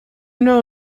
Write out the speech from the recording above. know